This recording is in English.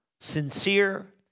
sincere